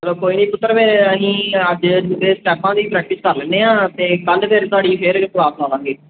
ਚਲੋ ਕੋਈ ਨਹੀਂ ਪੁੱਤਰ ਫਿਰ ਅਸੀਂ ਅੱਜ ਦੂਜੇ ਸਟੈਪਾਂ ਦੀ ਪ੍ਰੈਕਟਿਸ ਕਰ ਲੈਦੇਂ ਹਾਂ ਅਤੇ ਕੱਲ੍ਹ ਫਿਰ ਤੁਹਾਡੀ ਫਿਰ ਇੱਕ ਕਲਾਸ ਲਾਵਾਂਗੇ